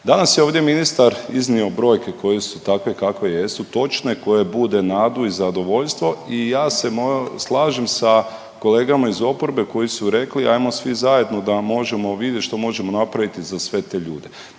Danas je ovdje ministar iznio brojke koje su takve kakve jesu točne, koje bude nadu i zadovoljstvo i ja se slažem sa kolegama iz oporbe koji su rekli ajmo svi zajedno da možemo vidjet što možemo napraviti za sve te ljude.